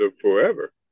Forever